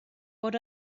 but